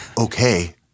okay